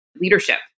leadership